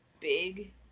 big